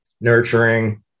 nurturing